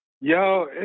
yo